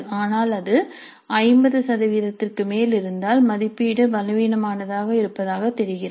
ஆனால் அது 50 சதவீதத்திற்கு மேல் இருந்தால் மதிப்பீடு பலவீனமாக இருப்பதாக தெரிகிறது